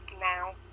now